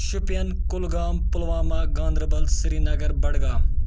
Shopian Kulgam Pulwama Ganderbal Srinagar Budgam